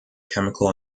chemical